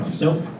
nope